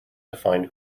define